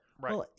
Right